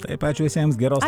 taip ačiū visiems geros